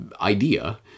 idea